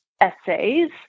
essays